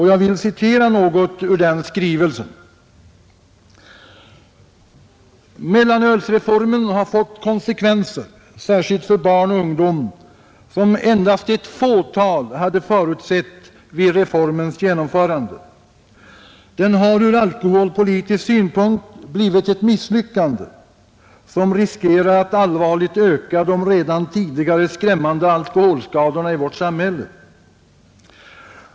Jag vill citera något ur den skrivelsen: ”Mellanölsreformen har fått konsekvenser, särskilt för barn och ungdom, som endast ett fåtal hade förutsett vid reformens genomförande. Den har ur alkoholpolitisk synpunkt blivit ett misslyckande, som riskerar att allvarligt öka de redan tidigare skrämmande alkoholskadorna i vårt samhälle.